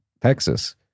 Texas